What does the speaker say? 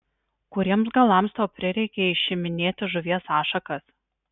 kuriems galams tau prireikė išiminėti žuvies ašakas